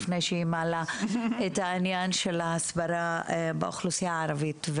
לפני שהיא מעלה את העניין של ההסברה באוכלוסייה הערבית.